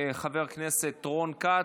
חבר הכנסת רון כץ,